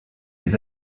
des